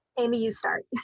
amy, you start.